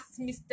mr